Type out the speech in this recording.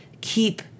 keep